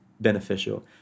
beneficial